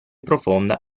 profonda